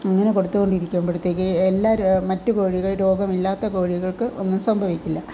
അങ്ങിനെ കൊടുത്തു കൊണ്ടിരിക്കുമ്പോഴത്തേക്ക് എല്ലാ മറ്റ് കോഴികൾ രോഗമില്ലാത്ത കോഴികൾക്ക് ഒന്നും സംഭവിക്കില്ല